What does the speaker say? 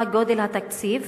מה גודל התקציב